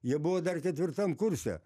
jie buvo dar ketvirtam kurse